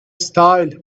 style